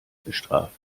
bestraft